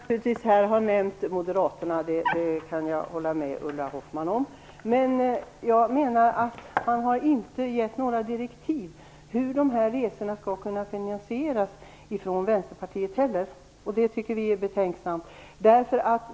Herr talman! Jag borde naturligtvis ha nämnt Moderaterna, det kan jag hålla med Ulla Hoffmann om. Men man har inte från Vänsterpartiet heller gett några direktiv om hur dessa resor skall kunna finansieras. Det tycker vi betänksamt.